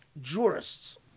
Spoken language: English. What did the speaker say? jurists